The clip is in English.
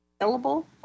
available